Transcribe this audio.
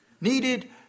needed